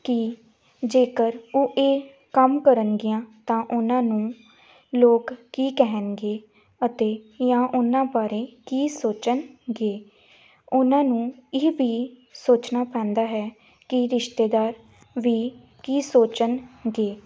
ਕਿ ਜੇਕਰ ਉਹ ਇਹ ਕੰਮ ਕਰਨਗੀਆਂ ਤਾਂ ਉਹਨਾਂ ਨੂੰ ਲੋਕ ਕੀ ਕਹਿਣਗੇ ਅਤੇ ਜਾਂ ਉਹਨਾਂ ਬਾਰੇ ਕੀ ਸੋਚਣਗੇ ਉਹਨਾਂ ਨੂੰ ਇਹ ਵੀ ਸੋਚਣਾ ਪੈਂਦਾ ਹੈ ਕਿ ਰਿਸ਼ਤੇਦਾਰ ਵੀ ਕੀ ਸੋਚਣਗੇ